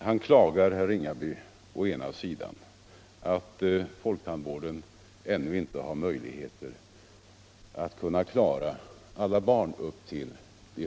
Herr Ringaby klagar å ena sidan över att folktandvården ännu inte har möjligheter att hundraprocentigt ge barnen tandvård.